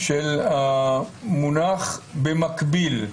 של המונח "במקביל".